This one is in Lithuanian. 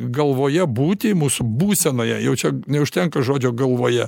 galvoje būti mūsų būsenoje jau čia neužtenka žodžio galvoje